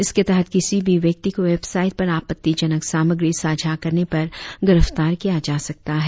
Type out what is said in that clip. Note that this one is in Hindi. इसके तहत किसी भी व्यक्ति को वेबसाइट पर आपत्तिजनक सामग्री साझा करने पर गिरफ्तार किया जा सकता है